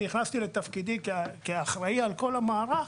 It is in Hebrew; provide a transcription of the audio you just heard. אני נכנסתי לתפקידי כאחראי על כל המערך.